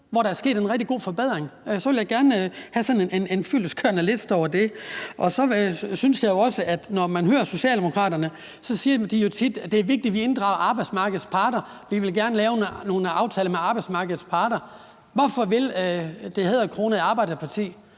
hvor der er sket en rigtig god forbedring, for så vil jeg gerne have sådan en fyldestgørende liste over det? Så synes jeg jo også, at når man hører Socialdemokraterne, siger de tit, at det er vigtigt, at vi inddrager arbejdsmarkedets parter, og at man gerne vil lave nogle aftaler med arbejdsmarkedets parter. Hvorfor vil det hæderkronede arbejderparti